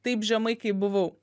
taip žemai kaip buvau